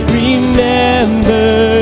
remember